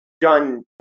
done